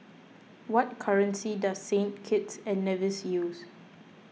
what currency does Saint Kitts and Nevis use